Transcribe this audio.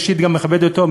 אישית גם מכבד אותו,